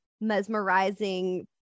mesmerizing